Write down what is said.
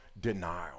denial